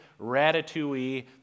ratatouille